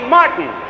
Martin